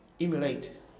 emulate